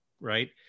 right